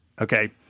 Okay